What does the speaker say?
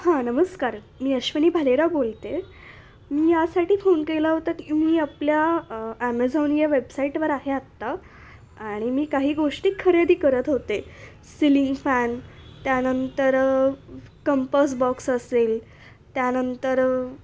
हां नमस्कार मी अश्विनी भालेराव बोलते मी यासाठी फोन केला होता ती मी आपल्या ॲमेझॉन या वेबसाईटवर आहे आत्ता आणि मी काही गोष्टी खरेदी करत होते सिलिंग फॅन त्यानंतर कंपस बॉक्स असेल त्यानंतर